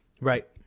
Right